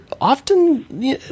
often